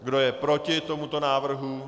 Kdo je proti tomuto návrhu?